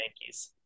Yankees